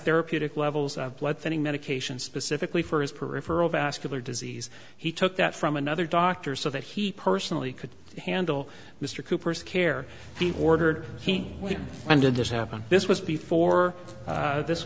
therapeutic levels of blood thinning medications specifically for his peripheral vascular disease he took that from another doctor so that he personally could handle mr cooper's care ordered he went and did this happen this was before this